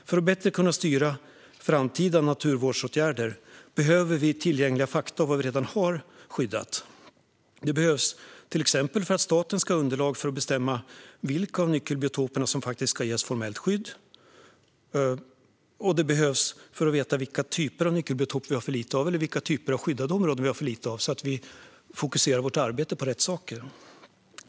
För att bättre kunna styra framtida naturvårdsåtgärder behöver vi tillgängliga fakta om vad vi redan har skyddat. Det behövs till exempel för att staten ska ha underlag för att bestämma vilka av nyckelbiotoperna som faktiskt ska ges formellt skydd. Och det behövs för att veta vilka typer av nyckelbiotoper vi har för lite av eller vilka typer av skyddade områden vi har för lite av, så att vi i vårt arbete fokuserar på rätt saker.